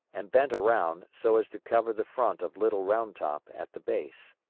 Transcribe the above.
and bent around, so as to cover the front of little round top at the base.